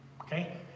okay